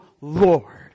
Lord